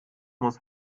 muss